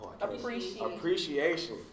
appreciation